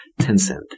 Tencent